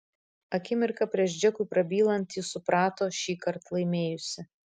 akimirką prieš džekui prabylant ji suprato šįkart laimėjusi